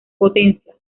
potencias